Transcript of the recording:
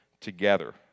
together